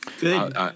Good